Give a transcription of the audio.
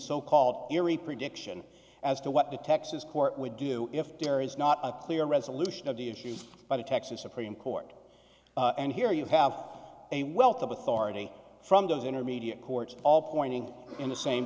so called erie prediction as to what the texas court would do if there is not a clear resolution of the issues by the texas supreme court and here you have a wealth of authority from those intermediate courts all pointing in the same